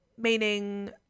meaning